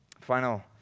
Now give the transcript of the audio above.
final